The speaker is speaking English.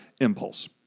Impulse